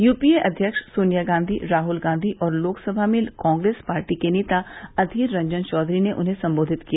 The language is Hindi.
यूपीए अध्यक्ष सोनिया गांधी राहल गांधी और लोकसभा में कांग्रेस पार्टी के नेता अधीर रंजन चौधरी ने उन्हें संबोधित किया